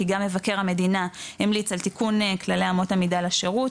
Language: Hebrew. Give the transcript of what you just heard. כי גם מבקר המדינה המליץ על תיקון כללי אמות המידה לשירות,